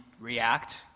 react